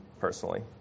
personally